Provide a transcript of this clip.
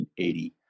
1980